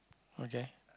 okay